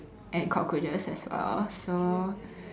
and cockroaches as well so